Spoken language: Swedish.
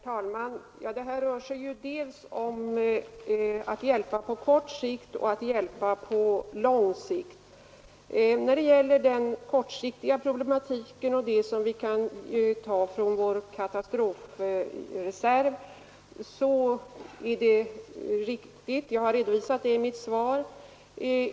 Herr talman! Det rör sig dels om att hjälpa på kort sikt, dels om att hjälpa på lång sikt. När det gäller den kortsiktiga problematiken och det som vi kan ta från vår katastrofreserv så har jag redovisat det i mitt svar.